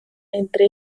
entre